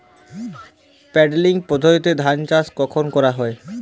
Puddling পদ্ধতিতে ধান চাষ কখন করা হয়?